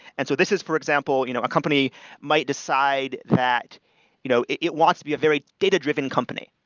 and so this is, for example, you know a company might decide that you know it it wants to be a very data-driven company.